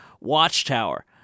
Watchtower